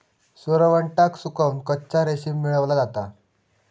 सुरवंटाक सुकवन कच्चा रेशीम मेळवला जाता